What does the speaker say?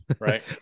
Right